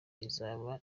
izaba